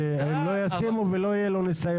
כי הם לא ישימו ולא יהיה לו ניסיון.